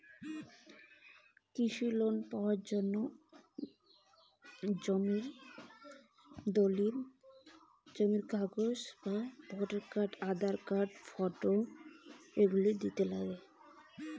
কৃষি ঋণ পাবার জন্যে কি কি ডকুমেন্ট নাগে?